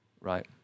right